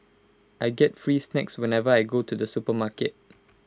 I get free snacks whenever I go to the supermarket